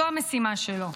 זו המשימה שלו.